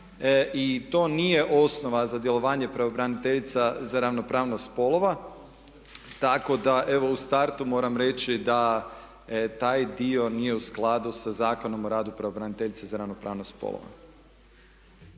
i to nije osnova za djelovanje pravobraniteljica za ravnopravnost spolova tako da evo u startu moram reći da taj dio nije u skladu sa zakonom o radu pravobraniteljice za ravnopravnost spolova.